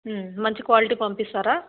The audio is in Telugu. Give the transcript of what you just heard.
మంచి క్వాలిటీ పంపిస్తరా